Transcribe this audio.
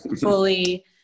fully